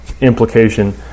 implication